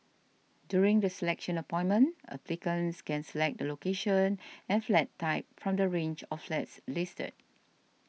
during the selection appointment applicants can select the location and flat type from the range of flats listed